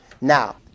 Now